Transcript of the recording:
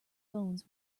bones